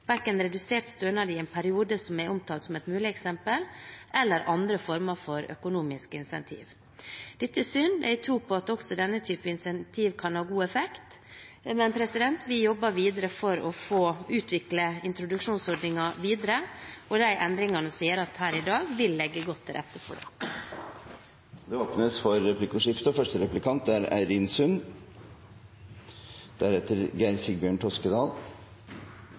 verken redusert stønad i en periode, som er omtalt som et mulig eksempel, eller andre former for økonomiske incentiv. Dette er synd – jeg har tro på at også denne typen incentiver kan ha god effekt. Men vi jobber videre for å få utviklet introduksjonsordningen, og de endringene som blir gjort her i dag, vil legge godt til rette for det. Det blir replikkordskifte.